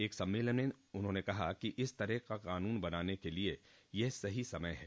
एक सम्मेलन में उन्होंने कहा कि इस तरह का कानून बनाने के लिए यह सही समय है